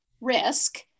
risk